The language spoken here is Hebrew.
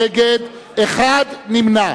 (תיקון, שינוי שם החוק), התשס"ט 2009, נתקבלה.